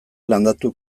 landatu